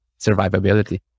survivability